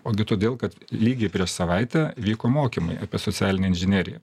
ogi todėl kad lygiai prieš savaitę vyko mokymai apie socialinę inžineriją